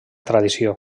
tradició